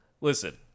Listen